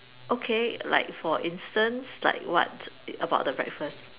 okay like for instance like what about the breakfast